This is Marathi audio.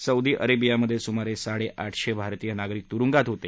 सौदी अरेबियामधे सुमारे साडे आठशे भारतीय नागरिक तुरुंगात होते